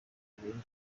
tubonye